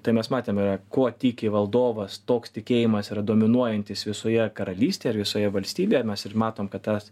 tai mes matėme kuo tiki valdovas toks tikėjimas yra dominuojantis visoje karalystėje ar visoje valstybėje mes ir matom kad tas